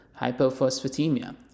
hypophosphatemia